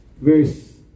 verse